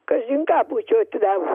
kažin ką būčiau atidavus